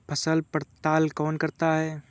फसल पड़ताल कौन करता है?